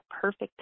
perfect